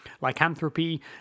lycanthropy